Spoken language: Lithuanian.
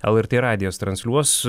lrt radijas transliuos